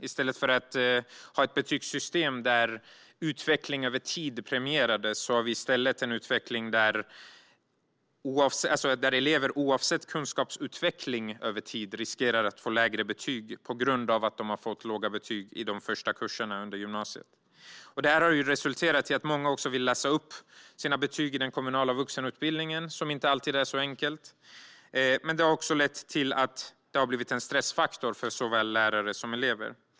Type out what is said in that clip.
I stället för att ha ett betygssystem där utveckling över tid premierades har vi nu ett system där elever, oavsett kunskapsutveckling över tid, riskerar att få lägre betyg på grund av att de har fått låga betyg i de första kurserna under gymnasiet. Detta har resulterat i att många vill läsa upp sina betyg i den kommunala vuxenutbildningen, vilket inte alltid är så enkelt. Det har också blivit en stressfaktor för såväl lärare som elever.